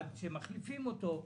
עד שמחליפים אותו,